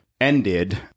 ended